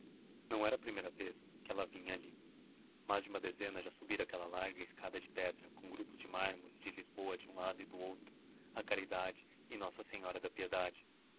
não era a primeira vez que ela vinha ali mais de uma dezena já subira aquela larga escada de pedra com grupos de mármores de lisboa de um lado e do outro a caridade e nossa senhora da piedade